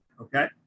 okay